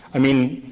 i mean,